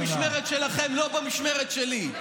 אולי במשמרת שלכם, לא במשמרת שלי.